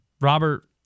Robert